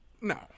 no